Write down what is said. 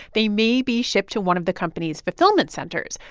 they may be shipped to one of the company's fulfillment centers.